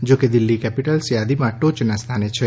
જોકે દિલ્હી કેપીટલ્સ યાદીમાં ટોચના સ્થાને છે